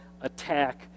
attack